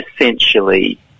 essentially